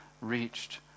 reached